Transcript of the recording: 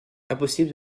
impossible